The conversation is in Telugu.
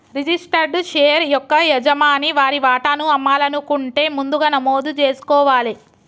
రిజిస్టర్డ్ షేర్ యొక్క యజమాని వారి వాటాను అమ్మాలనుకుంటే ముందుగా నమోదు జేసుకోవాలే